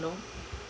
you know